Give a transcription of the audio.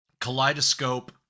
kaleidoscope